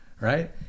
right